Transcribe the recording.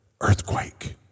earthquake